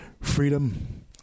freedom